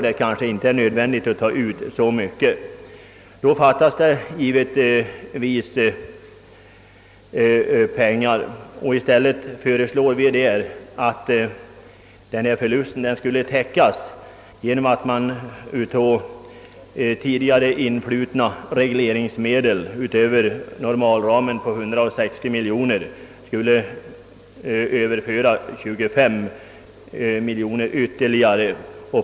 Det kanske inte visar sig nödvändigt att ta ut så mycket. För att täcka förlusterna föreslår vi i stället att av införselavgiftsmedel, som influtit utöver normalramen, ett belopp av 25 miljoner kronor tillföres Föreningen Svensk kötthandel.